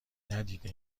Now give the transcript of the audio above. ندیده